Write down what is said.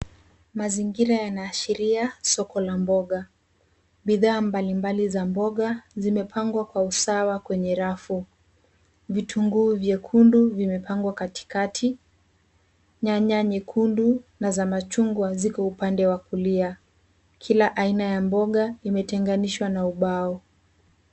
Mazingira yanaashiria soko la mboga. Bidhaa mbalimbali za mboga zimepangwa kwa usawa kwenye rafu. Vitunguu vyekundu vimepangwa katikati. Nyanya nyekundu na za machungwa ziko upande wa kulia. Kila aina ya mboga imetenganishwa na ubao.